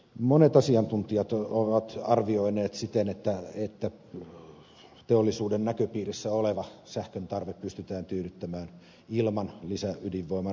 monet asiantuntijat ovat arvioineet siten että teollisuuden näköpiirissä oleva sähköntarve pystytään tyydyttämään ilman lisäydinvoiman rakentamista